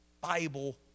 Bible